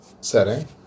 setting